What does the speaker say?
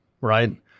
right